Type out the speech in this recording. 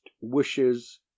wishes